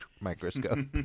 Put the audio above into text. microscope